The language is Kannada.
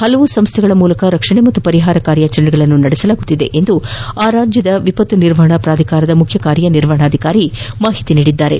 ಹಲವಾರು ಸಂಸ್ಟೆಗಳ ಮೂಲಕ ರಕ್ಷಣೆ ಹಾಗೂ ಪರಿಹಾರ ಕಾರ್ಯಗಳನ್ನು ನಡೆಸಲಾಗುತ್ತಿದೆ ಎಂದು ರಾಜ್ಯ ವಿಪತ್ತು ನಿರ್ವಹಣಾ ಪ್ರಾಧಿಕಾರದ ಮುಖ್ಯ ಕಾರ್ಯನಿರ್ವಹಣಾಧಿಕಾರಿ ತಿಳಿಸಿದ್ದಾರೆ